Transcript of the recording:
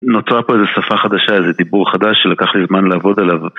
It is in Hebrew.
נוצרה פה איזה שפה חדשה, איזה דיבור חדש שלקח לי זמן לעבוד עליו